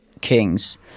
Kings